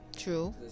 true